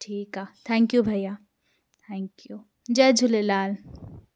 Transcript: ठीकु आहे थैंक्यू भइया थैंक्यू जय झूलेलाल